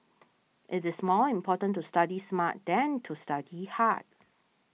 it is more important to study smart than to study hard